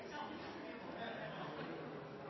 er også andre